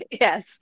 Yes